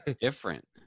Different